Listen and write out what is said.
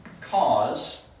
Cause